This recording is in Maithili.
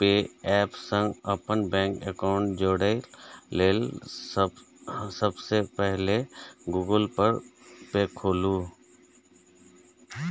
पे एप सं अपन बैंक एकाउंट जोड़य लेल सबसं पहिने गूगल पे खोलू